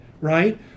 right